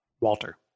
Walter